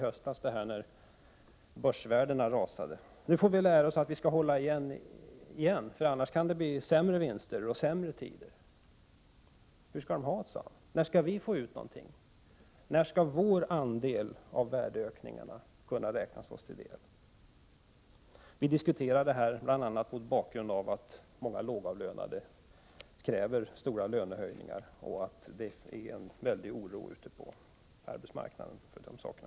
Nu — när börsvärdena rasade i höstas — får vi lära oss att hålla igen, för annars kan det bli sämre vinster och sämre tider. Hur skall de ha det? När skall vi få ut någonting? När skall vår andel av värdeökningarna kunna räknas oss till del? Vi diskuterade detta bl.a. mot bakgrund av att många lågavlönade kräver stora lönehöjningar och att det är en väldig oro på arbetsmarknaden med anledning av detta.